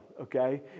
okay